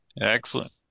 Excellent